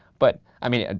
but i mean,